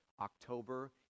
October